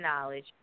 knowledge